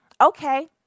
Okay